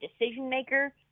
decision-maker –